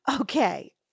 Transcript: Okay